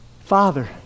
Father